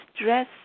stress